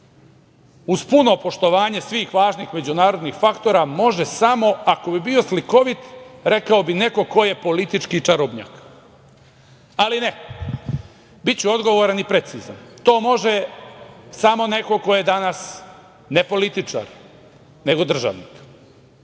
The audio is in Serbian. uz puno poštovanje svih važnih međunarodnih faktora može samo, ako bih bio slikovit, rekao bih – neko ko je politički čarobnjak. Ali, ne. Biću odgovoran i precizan. To može samo neko ko je danas ne političar, nego državnik.